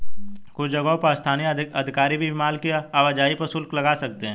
कुछ जगहों पर स्थानीय अधिकारी भी माल की आवाजाही पर शुल्क लगा सकते हैं